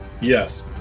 Yes